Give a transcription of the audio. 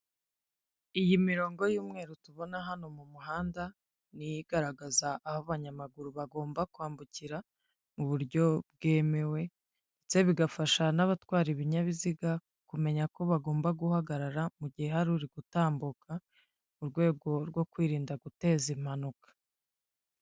Iyi mirongo y'umweru tubona hano mu muhanda niyo igaragaza aho abanyamaguru bagomba kwambukira mu buryo bwemewe, ndetse bigafasha n'abatwara ibinyabiziga kumenya ko bagomba guhagarara mu gihe hari uri gutambuka mu rwego rwo kwirinda guteza impanuka.